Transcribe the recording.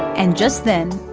and just then,